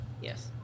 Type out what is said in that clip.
Yes